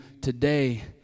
today